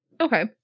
Okay